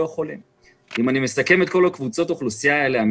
אם אני מסכם את כל קבוצות האוכלוסייה האלו,